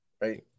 right